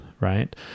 Right